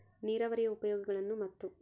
ನೇರಾವರಿಯ ಉಪಯೋಗಗಳನ್ನು ಮತ್ತು?